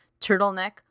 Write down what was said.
turtleneck